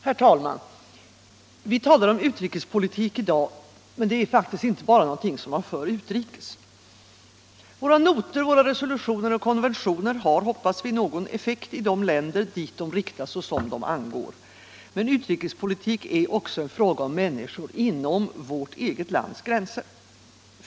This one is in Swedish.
Herr talman! Vi talar om utrikespolitik i dag, men det är faktiskt inte bara något som man för utrikes. Våra noter, resolutioner och konventioner har, hoppas vi, någon effekt i de länder dit de riktas och som de angår. Men utrikespolitik är också en fråga om människor inom vårt eget lands gränser.